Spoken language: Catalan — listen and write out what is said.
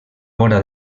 vora